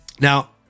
Now